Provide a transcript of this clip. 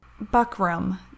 buckram